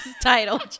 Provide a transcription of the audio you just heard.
title